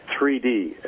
3D